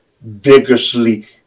vigorously